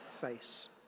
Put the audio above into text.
face